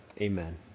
Amen